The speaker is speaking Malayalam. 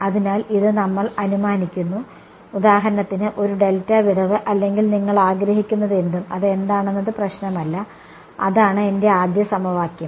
അതിനാൽ ഇത് നമ്മൾ അനുമാനിക്കുന്നു ഉദാഹരണത്തിന് ഒരു ഡെൽറ്റ വിടവ് അല്ലെങ്കിൽ നിങ്ങൾ ആഗ്രഹിക്കുന്നതെന്തും അത് എന്താണെന്നത് പ്രശ്നമല്ല അതാണ് എന്റെ ആദ്യ സമവാക്യം